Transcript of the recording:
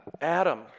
Adam